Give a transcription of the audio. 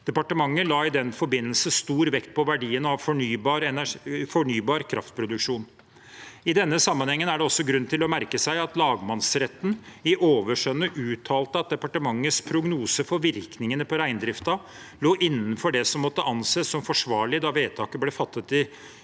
Departementet la i den forbindelse stor vekt på verdien av ny fornybar kraftproduksjon. I denne sammenhengen er det også grunn til å merke seg at lagmannsretten i overskjønnet uttalte at departementets prognose for virkningene på reindriften lå innenfor det som måtte anses som forsvarlig da vedtaket ble fattet i 2013.